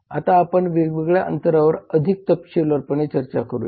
आता आपण वेगवेगळ्या अंतरांवर अधिक तपशीलवारपणे चर्चा करूया